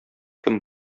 кем